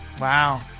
Wow